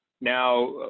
Now